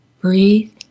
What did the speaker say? breathe